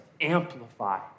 amplify